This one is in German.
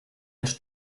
nicht